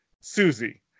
Susie